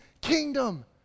kingdom